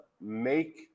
make